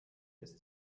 ist